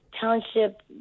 township